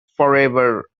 forever